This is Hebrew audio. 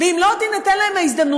ואם לא תינתן להם ההזדמנות,